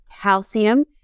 calcium